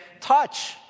touch